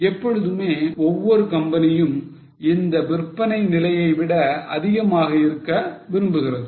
எப்பொழுதுமே ஒவ்வொரு கம்பெனியும் இந்த விற்பனை நிலையைவிட அதிகமாக இருக்க விரும்புகிறது